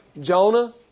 Jonah